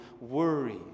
worry